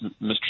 Mr